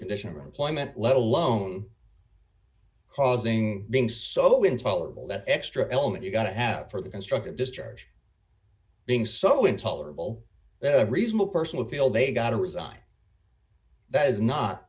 condition of employment let alone causing being so intolerable that extra element you got to have for the constructive discharge being so intolerable a reasonable person would feel they got to resign that is not